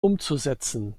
umzusetzen